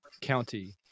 county